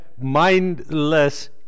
mindless